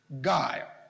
Guile